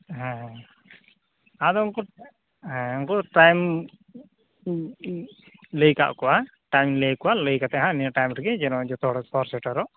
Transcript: ᱦᱮᱸᱻ ᱟᱫᱚ ᱩᱱᱠᱩ ᱩᱱᱠᱩ ᱫᱚ ᱴᱟᱭᱤᱢ ᱞᱟᱹᱭ ᱟᱠᱟᱫ ᱠᱚᱣᱟ ᱴᱟᱭᱤᱢᱤᱧ ᱞᱟᱹᱭ ᱟᱠᱚᱣᱟ ᱞᱟᱹᱭ ᱠᱟᱛᱮᱫ ᱦᱟᱸ ᱱᱤᱭᱟᱹ ᱴᱟᱭᱤᱢ ᱨᱮᱜᱮ ᱡᱮᱱᱚ ᱡᱚᱛᱚ ᱦᱚᱲ ᱠᱚ ᱥᱚᱦᱚᱨ ᱥᱮᱴᱮᱨᱚᱜ